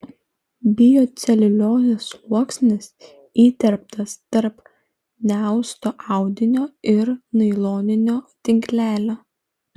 bioceliuliozės sluoksnis įterptas tarp neausto audinio ir nailoninio tinklelio